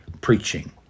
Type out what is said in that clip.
preaching